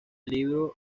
libro